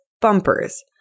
bumpers